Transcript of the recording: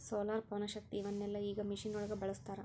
solar, ಪವನಶಕ್ತಿ ಇವನ್ನೆಲ್ಲಾ ಈಗ ಮಿಷನ್ ಒಳಗ ಬಳಸತಾರ